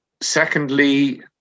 Secondly